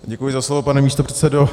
Děkuji za slovo, pane místopředsedo.